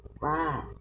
right